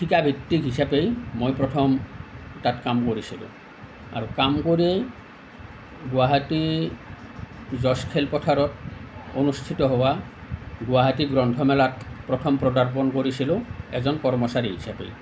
ঠিকা ভিত্তিক হিচাপে মই প্ৰথম তাত কাম কৰিছিলোঁ আৰু কাম কৰি গুৱাহাটীৰ জৰ্জ খেলপথাৰত অনুষ্ঠিত হোৱা গুৱাহাটী গ্ৰন্থমেলাত প্ৰথম পৰ্দাপণ কৰিছিলোঁ এজন কৰ্মচাৰী হিচাপে